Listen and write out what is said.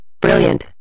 Brilliant